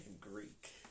Greek